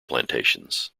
plantations